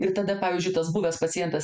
ir tada pavyzdžiui tas buvęs pacientas